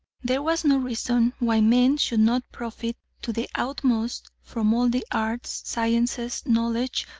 there was no reason why men should not profit to the utmost from all the arts, sciences, knowledge,